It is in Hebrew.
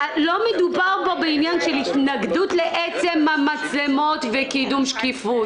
מדובר בהתנגדות לעצם המצלמות וקידום שקיפות.